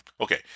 Okay